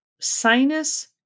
sinus